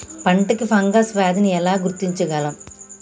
పంట కి ఫంగల్ వ్యాధి ని ఎలా గుర్తించగలం?